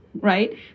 right